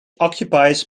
occupies